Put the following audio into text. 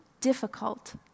difficult